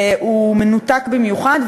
הוא מנותק במיוחד,